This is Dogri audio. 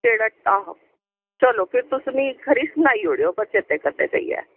जेह्ड़ा आहो ते तुस मिगी खलाई ओड़ेओ बा चेते कन्नै